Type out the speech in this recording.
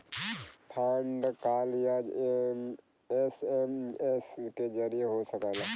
fraud call या SMS के जरिये हो सकला